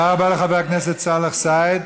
תודה רבה לחבר הכנסת סאלח סעד.